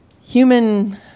human